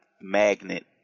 magnet